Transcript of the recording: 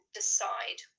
decide